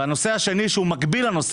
והנושא השני שמקביל לזה